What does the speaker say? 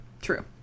True